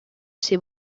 ses